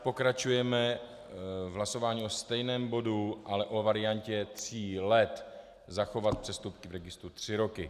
Pokračujeme v hlasování o stejném bodu, ale o variantě tří let zachovat přestupy v registru tři roky.